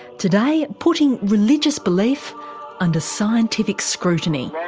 today putting religious belief under scientific scrutiny.